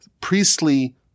priestly